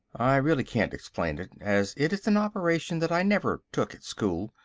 i really can't explain it, as it is an operation that i never took at school,